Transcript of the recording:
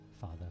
Father